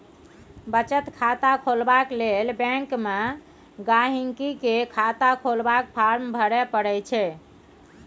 बचत खाता खोलबाक लेल बैंक मे गांहिकी केँ खाता खोलबाक फार्म भरय परय छै